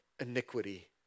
iniquity